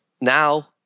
now